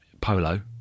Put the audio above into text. polo